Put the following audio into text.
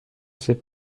sait